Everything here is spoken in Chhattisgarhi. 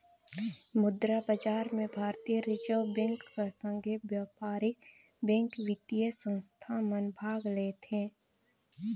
मुद्रा बजार में भारतीय रिजर्व बेंक कर संघे बयपारिक बेंक, बित्तीय संस्था मन भाग लेथें